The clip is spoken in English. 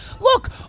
look